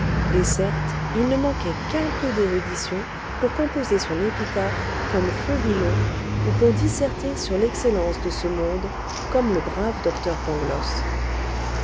et certes il ne manquait qu'un peu d'érudition pour composer son épitaphe comme feu villon ou pour disserter sur l'excellence de ce monde comme le brave docteur